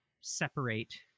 separate